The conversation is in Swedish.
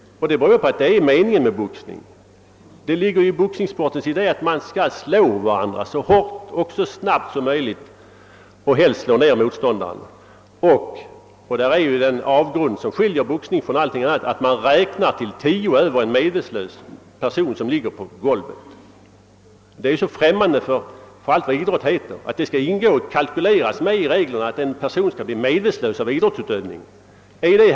Det beror på att det vid boxning är meningen att misshandla varandra. Det ligger i boxningssportens idé att man skall slå var andra så hårt och snabbt som möjligt. Helst skall man slå ned sin motståndare. Och man räknar till tio över den som ligger medvetslös på golvet! Där är det en avgrund som skiljer boxningen från alla idrotter. Det är helt främmande för all idrott att i reglerna kalkylera med att en person skall bli medvetslös under idrottsutövningen.